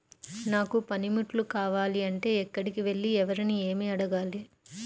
నాకు పనిముట్లు కావాలి అంటే ఎక్కడికి వెళ్లి ఎవరిని ఏమి అడగాలి?